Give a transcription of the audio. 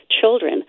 children